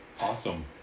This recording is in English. awesome